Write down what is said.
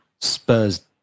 Spurs